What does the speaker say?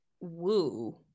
woo